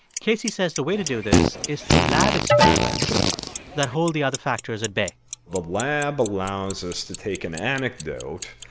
casey says the way to do this is through lab experiments that hold the other factors at bay but the lab allows us to take an anecdote,